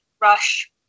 rush